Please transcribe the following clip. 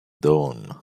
dawn